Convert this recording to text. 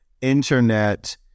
internet